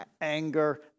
anger